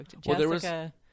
jessica